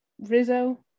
Rizzo